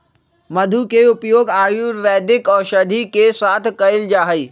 मधु के उपयोग आयुर्वेदिक औषधि के साथ कइल जाहई